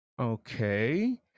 okay